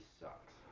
sucks